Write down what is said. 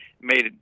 made